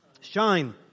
Shine